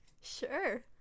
Sure